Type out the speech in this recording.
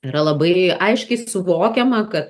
yra labai aiškiai suvokiama kad